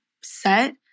set